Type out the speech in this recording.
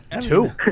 Two